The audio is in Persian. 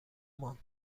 ماند